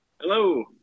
Hello